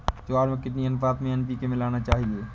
ज्वार में कितनी अनुपात में एन.पी.के मिलाना चाहिए?